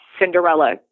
Cinderella